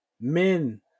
Men